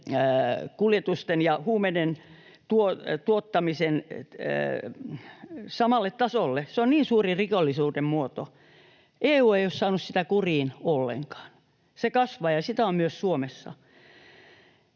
kuljetusten ja huumeiden tuottamisen kanssa samalle tasolle. Se on niin suuri rikollisuuden muoto. EU ei ole saanut sitä kuriin ollenkaan. Se kasvaa, ja sitä on myös Suomessa.